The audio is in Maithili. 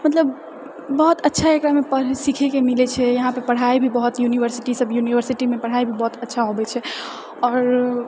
मतलब बहुत अच्छा एकरामे सीखएके मिलै छै यहाँ पे पढाइ भी बहुत यूनिवर्सिटी सब यूनिवर्सिटीमे पढाइ भी बहुत अच्छा होवे छै आओर